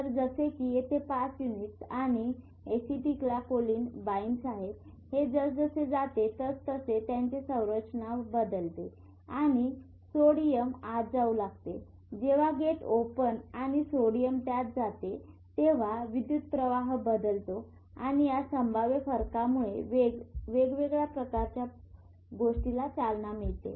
तर जसे की येथे 5 युनिट्स आणि एसिटिल्कोलीन बाइंड्स आहेत हे जसजसे जाते तसतसे त्याचे संरचना बदलते आणि सोडियम आत जाऊ लागतेजेंव्हा गेट ओपन आणि सोडियम त्यात जाते तेव्हा विद्युत प्रवाह बदलतो आणि या संभाव्य फरकामुळे वेग वेगळ्या प्रकारच्या गोष्टीला चालना मिळते